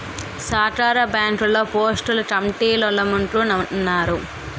సహకార బ్యాంకుల్లో పోస్టులు కమిటీలోల్లమ్ముకున్నారు